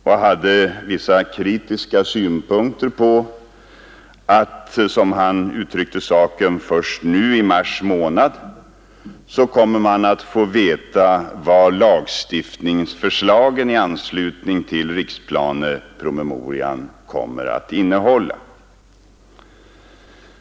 Han hade vissa kritiska synpunkter på att man, som han uttryckte saken, först nu i mars månad kommer att få veta vad lagstiftningsförslaget i anslutning till riksplanepromemorian kommer att innehålla.